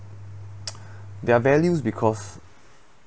there are values because